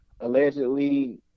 allegedly